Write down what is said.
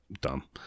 Dumb